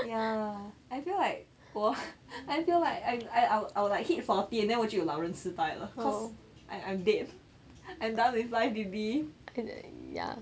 ya I feel like 我 I feel like I I I'll like hit forty and then 我就有老人痴呆了 cause I I'm dead I'm done with life B_B